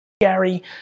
Gary